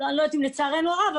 אני לא יודעת אם זה לצערנו הרב,